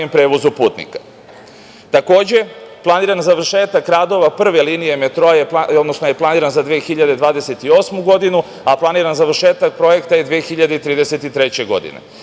prevozu putnika. Takođe, planiran završetak radova prve linije metroa je planiran za 2028. godinu, a planiran završetak projekta je 2033. godine.